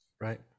Right